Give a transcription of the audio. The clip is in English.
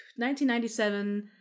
1997